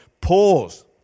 Pause